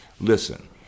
listen